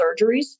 surgeries